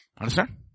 Understand